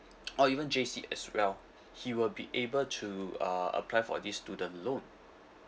or even J_C as well he will be able to uh apply for this student loan